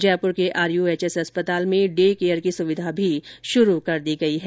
जयपुर के आरयूएचएस अस्पताल में डे केयर की सुविधा भी शुरू कर दी गयी है